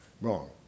wrong